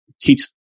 teach